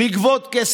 בכבוד.